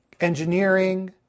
Engineering